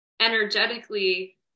energetically